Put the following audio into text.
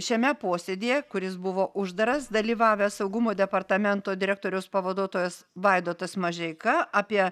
šiame posėdyje kuris buvo uždaras dalyvavęs saugumo departamento direktoriaus pavaduotojas vaidotas mažeika apie